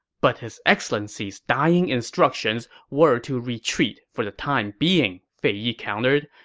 but his excellency's dying instructions were to retreat for the time being, fei yi countered.